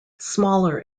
smaller